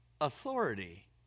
authority